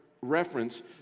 reference